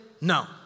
no